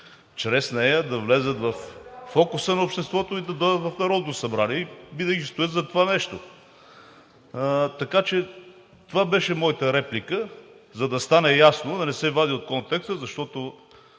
чрез нея да влязат във фокуса на обществото и да дойдат в Народното събрание, и винаги ще стоя зад това нещо. Така че това беше моята реплика, за да стане ясно, за да не се вади от контекста. Знаем